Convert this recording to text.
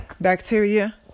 Bacteria